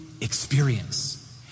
experience